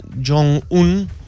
Jong-un